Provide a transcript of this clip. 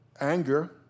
anger